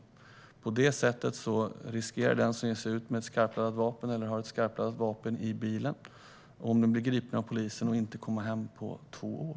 I och med detta riskerar den som ger sig ut med ett skarpladdat vapen eller har ett skarpladdat vapen i bilen, om den blir gripen av polisen, att inte komma hem på två år.